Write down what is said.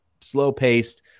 slow-paced